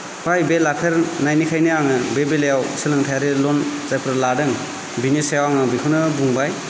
बे लाफेरनायनिखायनो आङो बे बेलायाव सोलोंथाइयारि लन जायफोर लादों बेनि सायाव आङो बेखौनो बुंबाय